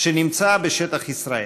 שנמצאה בשטח ישראל.